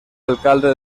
alcalde